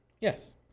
Yes